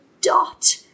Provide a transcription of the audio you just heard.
dot